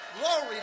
Glory